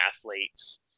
athletes